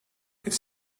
it’s